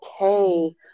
okay